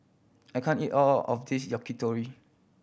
I can't eat all of this Yakitori